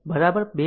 તેથી જો iy 2